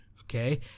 okay